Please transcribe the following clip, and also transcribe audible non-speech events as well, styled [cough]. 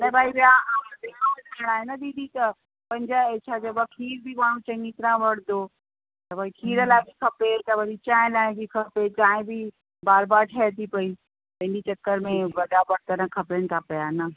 न भई विया [unintelligible] दीदी त पंज इहे छा चइबो आहे खीर बि माण्हू चङी तरहां कंदो त बि खीर लाइ बि खपे त भई चांहि लाइ बि खपे चांहि बि बार बार ठहे थी पेई हिन चकर में वॾा बरतनि खपनि था पिया न